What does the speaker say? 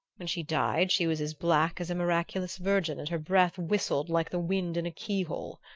when she died she was as black as a miraculous virgin and her breath whistled like the wind in a keyhole.